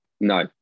No